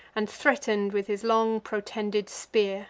and threaten'd with his long protended spear